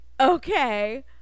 Okay